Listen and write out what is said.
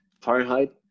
Fahrenheit